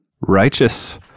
Righteous